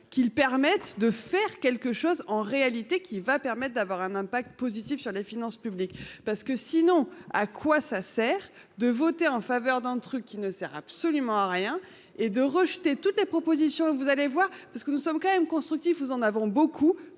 qu'ils permettent de faire quelque chose en réalité qui va permettent d'avoir un impact positif sur les finances publiques parce que sinon, à quoi ça sert de voter en faveur d'un truc qui ne sert absolument à rien et de rejeter toutes les propositions, vous allez voir, parce que nous sommes quand même constructif. Nous en avons beaucoup